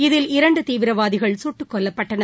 இதில் இரண்டுதீவிரவாதிகள் கட்டுக் கொல்லப்பட்டனர்